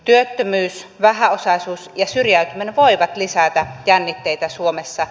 työttömyys vähäosaisuus ja syrjäytyminen voivat lisätä jännitteitä suomessa